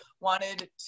wanted